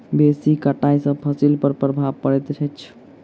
बेसी कटाई सॅ फसिल पर प्रभाव पड़ैत अछि